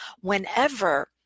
whenever